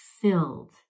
filled